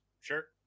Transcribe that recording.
Sure